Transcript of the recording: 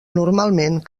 normalment